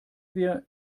wir